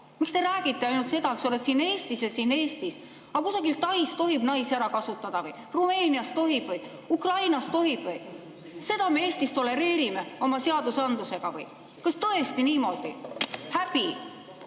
miks te räägite ainult seda, et siin Eestis ja siin Eestis …? Kas kusagil Tais tohib naisi ära kasutada või?! Rumeenias tohib või?! Ukrainas tohib või?! Seda me Eestis tolereerime oma seadusandlusega või?! Kas tõesti niimoodi võib?!